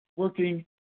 working